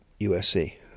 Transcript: USC